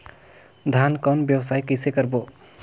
धान कौन व्यवसाय कइसे करबो?